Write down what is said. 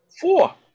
four